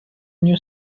new